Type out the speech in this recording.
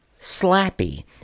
Slappy